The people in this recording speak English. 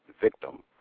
victim